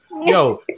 Yo